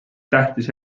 tähtis